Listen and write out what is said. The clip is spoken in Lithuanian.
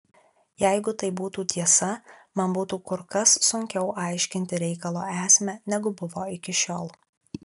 jeigu tai būtų tiesa man būtų kur kas sunkiau aiškinti reikalo esmę negu buvo iki šiol